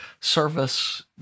service